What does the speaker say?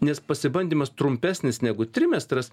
nes pasibandymas trumpesnis negu trimestras